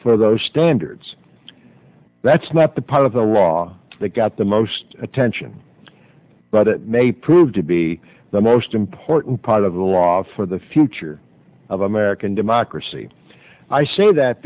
for those standards that's not the part of the law that got the most attention but it may prove to be the most important part of the law for the future of american democracy i say that